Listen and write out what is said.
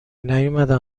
نیومدن